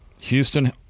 Houston